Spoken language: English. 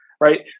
right